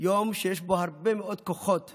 יום שיש בו הרבה מאוד כוחות